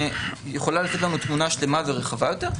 יכולה לתת לנו תמונה שלמה ורחבה יותר.